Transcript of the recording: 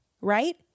right